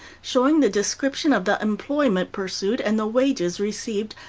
showing the description of the employment pursued, and the wages received,